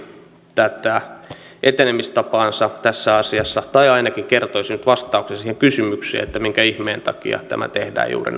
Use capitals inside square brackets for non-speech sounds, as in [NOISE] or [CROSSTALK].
tätä etenemistapaansa tässä asiassa tai ainakin kertoisi nyt vastauksen siihen kysymykseen että minkä ihmeen takia tämä tehdään juuri [UNINTELLIGIBLE]